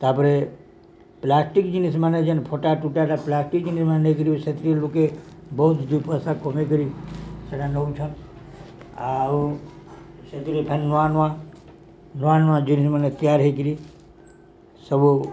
ତାପରେ ପ୍ଲାଷ୍ଟିକ ଜିନିଷ୍ ମାନେ ଯେନ୍ ଫଟା ଟୁଟାଟା ପ୍ଲାଷ୍ଟିକ ଜିନିଷ ମ ନେଇକି ସେଥିରେ ଲୋକେ ବହୁତ ଦୁଇପଇସା କମେଇକରି ସେଟା ନେଉଛନ୍ ଆଉ ସେଥିରେ ଫେର୍ ନୂଆ ନୂଆ ନୂଆ ନୂଆ ଜିନିଷ ମାନେ ତିଆରି ହେଇକିରି ସବୁ